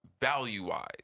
value-wise